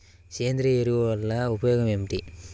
సేంద్రీయ ఎరువుల వల్ల ఉపయోగమేమిటీ?